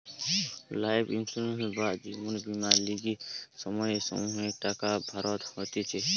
life insurance বা জীবন বীমার লিগে সময়ে সময়ে টাকা ভরতে হতিছে